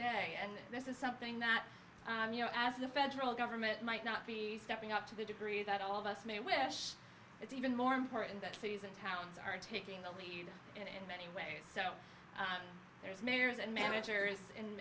day and this is something that you know as the federal government might not be stepping up to the degree that all of us may wish it's even more important that cities and towns are taking the lead in many ways so there's mayors and managers